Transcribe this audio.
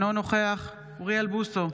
אינו נוכח אוריאל בוסו,